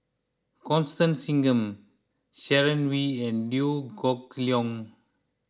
Constance Singam Sharon Wee and Liew Geok Leong